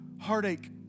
heartache